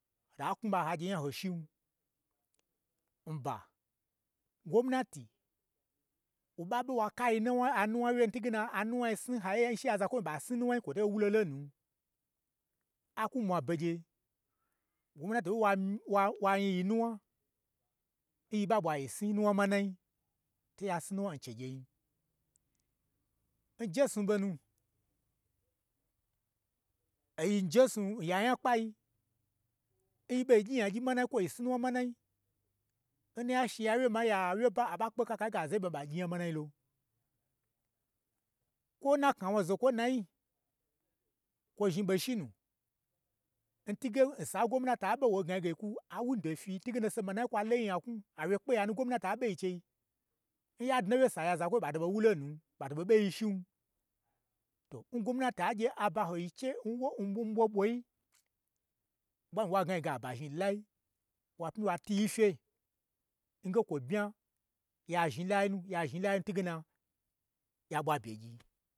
Hata knwu ɓa ha gye nya ho shin, nj bagwomnati, wo ɓa ɓe wa kayi, wa kaya nuwna wye, n twuge na anuwna nyi sni n haiye, she ya lakwoi ɓein ɓa sni nuwna nyi kwo to wu lo lonu, akwu mwa begye gwomnati n wanwa nyiyi nu wna, nyi ɓa ɓwa yi sni, nuwna manai, to ya sni nu wna n chegyein, n jesnu ɓo nu, oyi n jesnu nya nyakpai, n yi ɓo nu, oyi n jesnu n ya nyakpai, n yi ɓo gyi nyagyi mana kwo yi sni nuwna manai, n na shi ya wye ma lai nya wyeba, a ɓa gyi nya manai lo kwo n na kna wo azokwo ye nayi, kwo zhni ɓo shinu, n twuge osa ngwomnata be wo gnage yi kwu a window fye n twuge na ose manai kwa loyi nyaknwu, awye kpeya nu ngwamnata ɓe yi nchei. N ya dna wye nsa oya zakwoi ɓa to ɓo wu lonu, fa to ɓo n ɓai shin, tongwomnate gye a ba hon yii che n ɓoho ɓoho yi, wo ɓa myi wa gna yi ge abazhni lo lo lai, wa pmyi wa twu fi fye nge kwo bmya ya zhnita lai nu, ya zhni lainu, n twuge na ya ɓwa byegyi